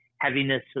heaviness